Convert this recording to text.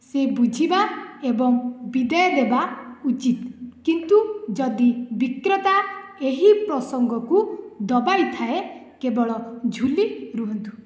ସେ ବୁଝିବା ଏବଂ ବିଦାୟ ଦେବା ଉଚିତ୍ କିନ୍ତୁ ଯଦି ବିକ୍ରେତା ଏହି ପ୍ରସଙ୍ଗକୁ ଦବାଇଥାଏ କେବଳ ଝୁଲି ରୁହନ୍ତୁ